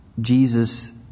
Jesus